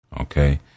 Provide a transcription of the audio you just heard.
Okay